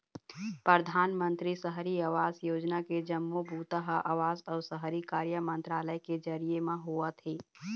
परधानमंतरी सहरी आवास योजना के जम्मो बूता ह आवास अउ शहरी कार्य मंतरालय के जरिए म होवत हे